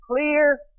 clear